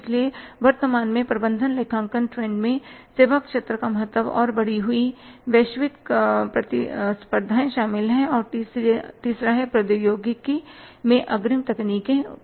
इसलिए वर्तमान में प्रबंधन लेखांकन ट्रेंड में सेवा क्षेत्र का महत्व और बढ़ी हुई वैश्विक प्रतिस्पर्धाएँ शामिल हैं और तीसरा है प्रौद्योगिकी में अग्रिम तकनीकें